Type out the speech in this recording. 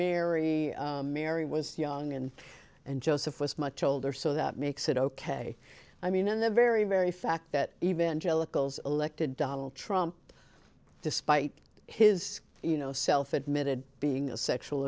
mary mary was young and and joseph was much older so that makes it ok i mean in the very very fact that evangelicals elected donald trump despite his you know self admitted being a sexual